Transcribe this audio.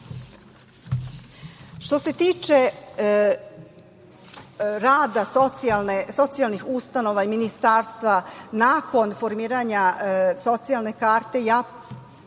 se tiče rada socijalnih ustanova i ministarstva, nakon formiranja socijalne karte, ja